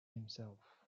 himself